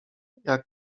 jak